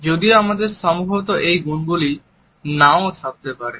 যদিও আমাদের সম্ভবত এই গুণগুলো নাও থাকতে পারে